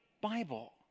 Bible